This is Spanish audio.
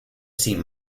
sin